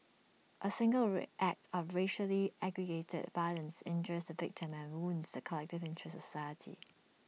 A single ray act of racially aggravated violence injures the victim and wounds the collective interests of society